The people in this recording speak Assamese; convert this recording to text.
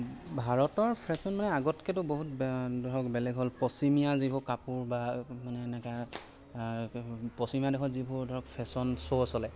ভাৰতৰ ফেশ্ৱন মানে আগতককৈতো বহুত ধৰক বেলেগ হ'ল ধৰক পশ্চিমীয়া যিবোৰ কাপোৰ বা মানে এনেকৈ পশ্চিমীয়া দেশত যিবোৰ ধৰক ফেশ্ৱন শ্ব' চলে